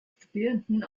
studierenden